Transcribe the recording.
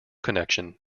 connection